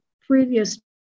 previous